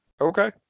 Okay